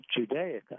Judaica